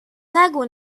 نگو